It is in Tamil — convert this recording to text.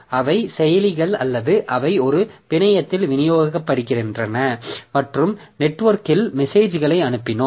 அவை செயலிகள் அல்லது அவை ஒரு பிணையத்தில் விநியோகிக்கப்படுகின்றன மற்றும் நெட்வொர்க்கில் மெசேஜ்களை அனுப்பினோம்